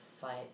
fight